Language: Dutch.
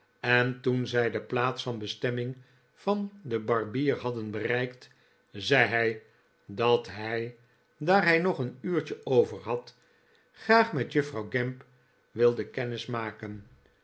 en toen zij de plaats van bestemming van den barbier hadden bereikt zei hij dat hij r daar hij nog een uurtje overhad graag met juffrouw gamp wilde